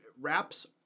wraps